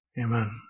Amen